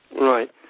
Right